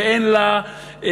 שאין לה עיקרון,